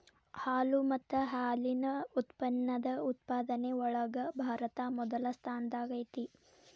ಹಾಲು ಮತ್ತ ಹಾಲಿನ ಉತ್ಪನ್ನದ ಉತ್ಪಾದನೆ ಒಳಗ ಭಾರತಾ ಮೊದಲ ಸ್ಥಾನದಾಗ ಐತಿ